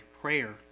prayer